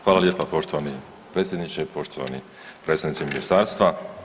Hvala lijepa poštovani predsjedniče i poštovani predstavnici ministarstva.